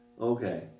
Okay